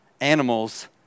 Animals